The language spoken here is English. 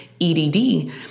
EDD